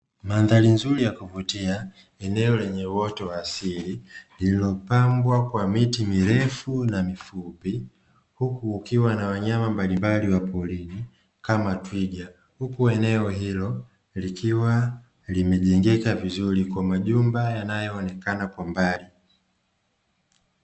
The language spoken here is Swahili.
Mandhari nzuri ya kuvutia eneo lenye uoto wa asili, lililo pambwa kwa miti mirefu na mifupi, huku kukiwa na wanyama mbalimbali wa porini kama twiga, huku eneo hilo likiwa limejengeka vizuri kwa majumba yanayoonekana kwa mbali.